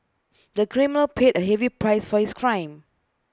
the criminal paid A heavy price for his crime